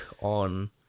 on